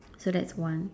so that's one